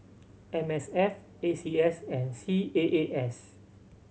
M S F A C S and C A A S